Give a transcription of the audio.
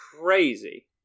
crazy